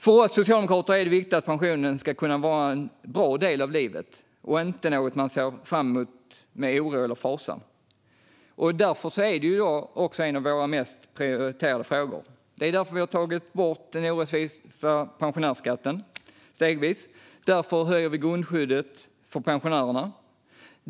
För oss socialdemokrater är det viktigt att pensionen kan vara en bra del av livet och inte något man ser fram emot med oro eller fasa. Därför är det en av våra högst prioriterade frågor. Därför har vi stegvis tagit bort den orättvisa pensionsskatten. Därför höjer vi grundskyddet för pensionärerna.